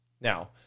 Now